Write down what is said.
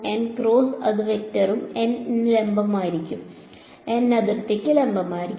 n cross ഏത് വെക്ടറും n ന് ലംബമായിരിക്കും n അതിർത്തിക്ക് ലംബമായിരിക്കും